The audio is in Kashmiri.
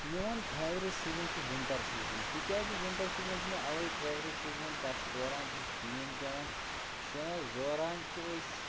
میٛون فیورِٹ سیٖزَن چھِ وِنٹر سیٖزَن تِکیٛازِ وِنٹر سیٖزن چھِ مےٚ اَوے فیورِٹ سیٖزَن تَتھ دوران چھِ شیٖن پٮ۪وان شیٖنَس دوران چھِ أسۍ